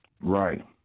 Right